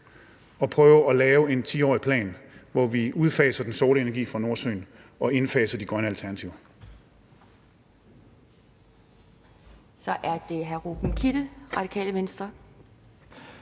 at prøve at lave en 10-årig plan, hvor vi udfaser den sorte energi fra Nordsøen og indfaser de grønne alternativer.